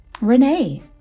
Renee